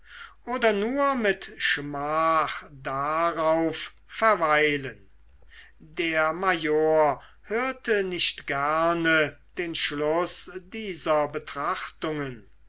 oder nur mit schmach darauf verweilen der major hörte nicht gerne den schluß dieser betrachtungen